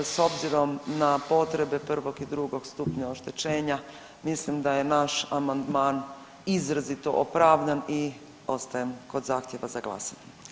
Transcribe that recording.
S obzirom na potrebe prvog i drugog stupnja oštećenja mislim da je naš amandman izrazito opravdan i ostajem kod zahtjeva za glasanje.